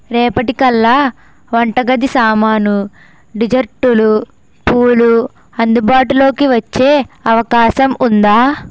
రేపటికల్లా వంటగది సామాను డిజర్టులు పూలు అందుబాటులోకి వచ్చే అవకాశం ఉందా